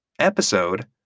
episode